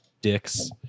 dicks